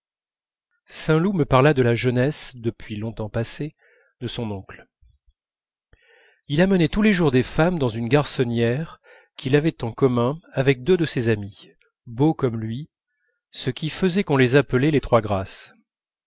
saint loup me parla de la jeunesse depuis longtemps passée de son oncle il amenait tous les jours des femmes dans une garçonnière qu'il avait en commun avec deux de ses amis beaux comme lui ce qui faisait qu'on les appelait les trois grâces